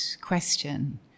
question